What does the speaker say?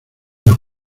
los